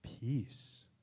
peace